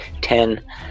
Ten